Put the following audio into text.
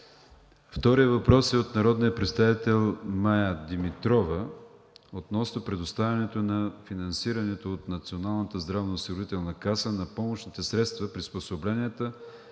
Вторият въпрос е от народния представител Мая Димитрова относно предоставянето на финансирането от Националната здравноосигурителна каса на помощните средства, приспособленията,